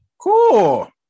Cool